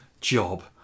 job